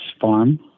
farm